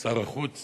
שר החוץ